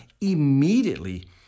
immediately